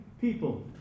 people